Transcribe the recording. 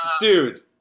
dude